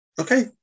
Okay